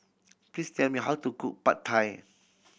please tell me how to cook Pad Thai